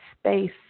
space